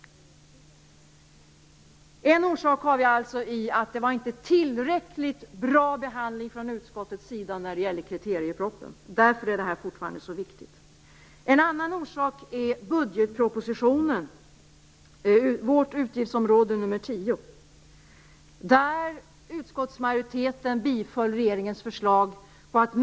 En orsak har vi alltså i att det var inte tillräckligt bra behandling från utskottets sida när det gäller kriteriepropositionen. Därför är detta fortfarande så viktigt. En annan orsak är budgetpropositionen, dvs.